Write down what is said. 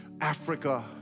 Africa